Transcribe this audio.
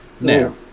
Now